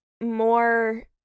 more